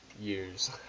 years